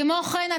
כמו כן,